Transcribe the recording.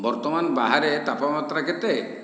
ବର୍ତ୍ତମାନ ବାହାରେ ତାପମାତ୍ରା କେତେ